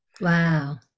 Wow